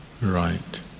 right